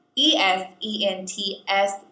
E-S-E-N-T-S